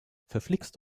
verflixt